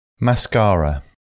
mascara